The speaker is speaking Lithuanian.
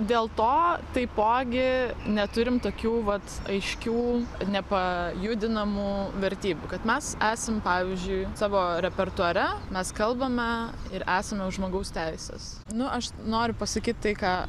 dėl to taipogi neturim tokių vat aiškių nepajudinamų vertybių kad mes esam pavyzdžiui savo repertuare mes kalbame ir esame už žmogaus teises nu aš noriu pasakyt tai ką